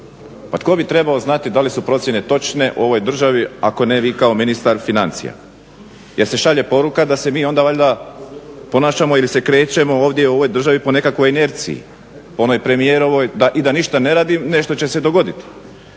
Pa tko bi trebao znati da li su procjene točne u ovoj državi ako ne vi kao ministar financija? Jer se šalje poruka da se mi onda valjda ponašamo ili se krećemo ovdje u ovoj državi po nekakvoj inerciji, po onoj premijerovoj i da ništa ne radim nešto će se dogoditi.